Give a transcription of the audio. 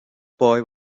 boy